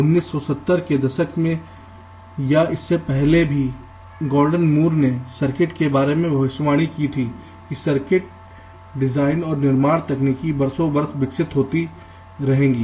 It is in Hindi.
1970 के दशक में या इससे पहले भी गॉर्डन मूर नेसर्किट के बारे में भविष्यवाणी की थीकी सर्किट डिजाइन और निर्माण तकनीक वर्षों वर्ष विकसित विकसित होगी